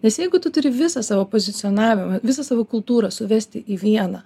nes jeigu tu turi visą savo pozicionavimą visą savo kultūrą suvesti į vieną